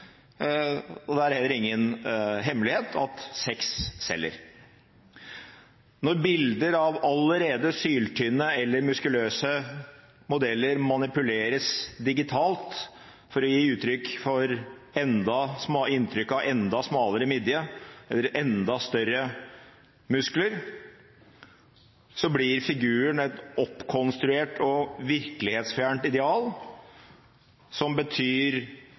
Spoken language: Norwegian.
og det er heller ingen hemmelighet at sex selger. Når bilder av allerede syltynne eller muskuløse modeller manipuleres digitalt for å gi inntrykk av enda smalere midje eller enda større muskler, blir figuren et oppkonstruert og virkelighetsfjernt ideal som betyr